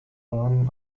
bahn